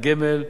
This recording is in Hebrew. הגמל,